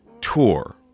tour